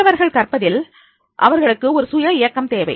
பெரியவர்கள் கற்பதில் அவர்களுக்கு ஒரு சுய இயக்கம் தேவை